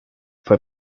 fue